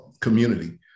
community